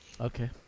Okay